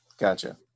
Gotcha